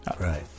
Right